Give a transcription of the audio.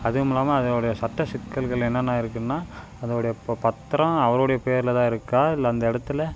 அதுவும் இல்லாமல் அதோடைய சட்ட சிக்கல்கள் என்னெனான்ன இருக்குன்னா அதோடைய இப்போ பத்திரம் அவருடைய பேயர்ல தான் இருக்கா இல்லை அந்த இடத்துல